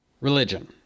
religion